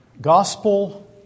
Gospel